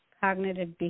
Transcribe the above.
cognitive